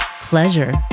pleasure